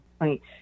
right